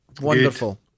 Wonderful